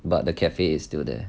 but the cafe is still there